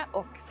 och